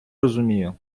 розумію